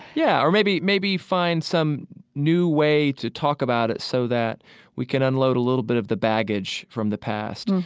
yeah. or maybe maybe find some new way to talk about it so that we could unload a little bit of the baggage from the past,